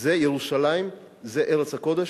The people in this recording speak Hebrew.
זה ירושלים, זה ארץ הקודש,